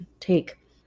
take